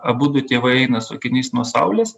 abudu tėvai eina su akiniais nuo saulės